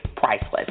priceless